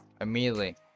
immediately